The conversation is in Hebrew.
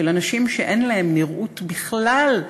של אנשים שאין להם נראות בכלל,